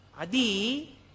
Adi